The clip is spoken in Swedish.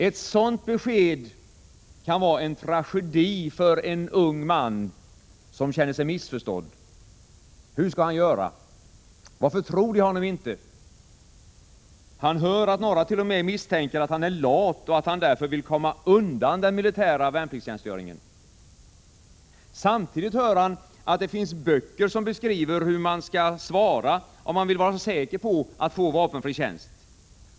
Ett sådant besked kan vara en tragedi för en ung man, som känner sig missförstådd. Hur skall han göra? Varför tror de honom inte? Han hör att någrat.o.m. misstänker att han är lat och att han därför vill ”komma undan” den militära värnpliktstjänstgöringen. Samtidigt hör han, att det finns böcker, som beskriver hur man skall svara, om man vill vara säker på att få vapenfri tjänst.